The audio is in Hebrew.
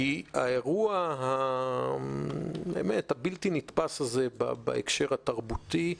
כי עם האירוע הבלתי נתפס הזה בהקשר התרבותי,